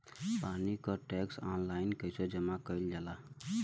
पानी क tax online कईसे जमा कईल जाला?